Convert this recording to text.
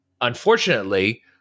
unfortunately